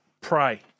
pray